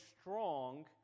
strong